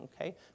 Okay